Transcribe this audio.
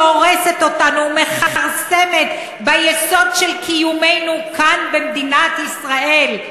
שהורסת אותנו ומכרסמת ביסוד של קיומנו כאן במדינת ישראל,